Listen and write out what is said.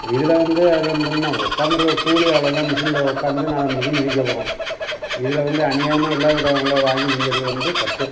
இதில் வந்து அதில் நம் என்ன உக்காந்திருக்க கூலி அவ்வளோ தான் மிஷினில் உக்காந்து நாலு மிதி மிதிக்கப் போகிறோம் இதில் வந்து அநியாயமாக இல்லாகூடவுங்களில் வாங்கி தின்கிறது வந்து தப்பு